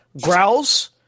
growls